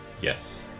yes